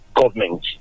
government